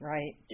Right